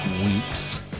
weeks